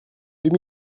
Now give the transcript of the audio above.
deux